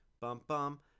bum-bum